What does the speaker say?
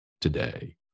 Today